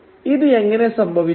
ഇത് എങ്ങനെ സംഭവിച്ചു